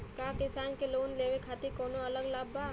का किसान के लोन लेवे खातिर कौनो अलग लाभ बा?